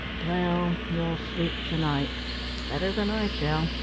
well, you'll sleep to-night better than i shall,